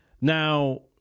Now